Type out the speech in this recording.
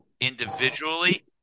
individually